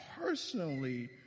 personally